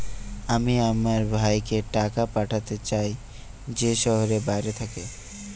আমি আমার ভাইকে টাকা পাঠাতে চাই যে শহরের বাইরে থাকে